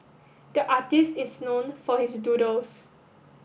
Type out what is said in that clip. the artist is known for his doodles